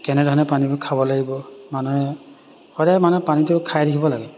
কেনেধৰণে পানীবোৰ খাব লাগিব মানুহে সদায় মানুহে পানীটো খাই থাকিব লাগে